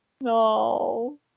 No